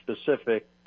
specific